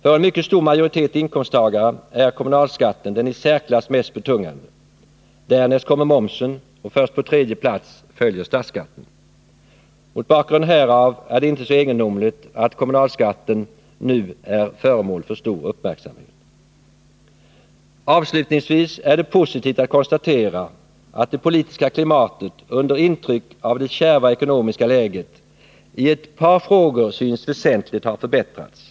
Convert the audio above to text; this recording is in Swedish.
För en mycket stor majoritet inkomsttagare är kommunalskatten den i särklass mest betungande. Därnäst kommer momsen, och först på tredje plats följer statsskatten. Mot bakgrund härav är det inte så egendomligt att kommunalskatten nu är föremål för stor uppmärksamhet. Avslutningsvis är det positivt att kunna konstatera att det politiska klimatet under intryck av det kärva ekonomiska läget i ett par frågor synes väsentligt ha förbättrats.